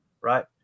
right